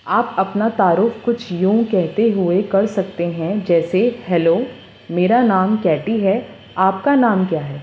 آپ اپنا تعارف کچھ یوں کہتے ہوئے کر سکتے ہیں جیسے ہیلو میرا نام کیٹی ہے آپ کا نام کیا ہے